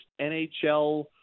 NHL